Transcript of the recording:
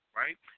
right